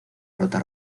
rota